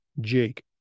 Jake